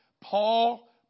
Paul